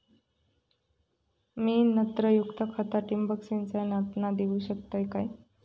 मी नत्रयुक्त खता ठिबक सिंचनातना देऊ शकतय काय?